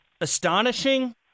astonishing